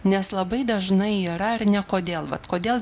nes labai dažnai yra ar ne kodėl vat kodėl